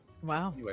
Wow